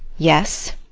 yes?